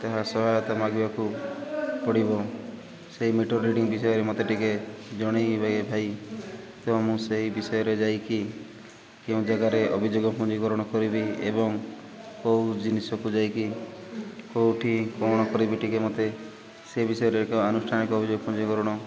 ତାହା ସହାୟତା ମାଗିବାକୁ ପଡ଼ିବ ସେଇ ମିଟର୍ ରିଡ଼ିଂ ବିଷୟରେ ମୋତେ ଟିକେ ଜଣାଇ ଭାଇ ଭାଇ ତ ମୁଁ ସେଇ ବିଷୟରେ ଯାଇକି କେଉଁ ଜାଗାରେ ଅଭିଯୋଗ ପଞ୍ଜୀକରଣ କରିବି ଏବଂ କେଉଁ ଜିନିଷକୁ ଯାଇକି କେଉଁଠି କ'ଣ କରିବି ଟିକେ ମୋତେ ସେ ବିଷୟରେ ଏକ ଆନୁଷ୍ଠାନିକ ଅଭିଯୋଗ ପଞ୍ଜୀକରଣ